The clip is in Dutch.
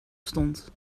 stond